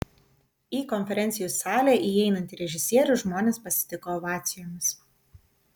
į konferencijų salę įeinantį režisierių žmonės pasitiko ovacijomis